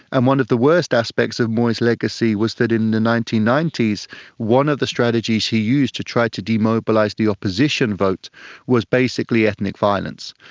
and one of the worst aspects of moi's legacy was that in the nineteen ninety s one of the strategies he used to try to demobilise the opposition vote was basically ethnic violence.